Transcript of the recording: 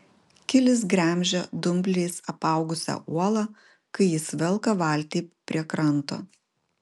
kilis gremžia dumbliais apaugusią uolą kai jis velka valtį prie kranto